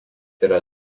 yra